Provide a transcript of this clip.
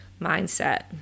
mindset